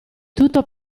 tutto